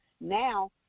Now